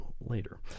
later